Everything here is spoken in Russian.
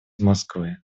москвы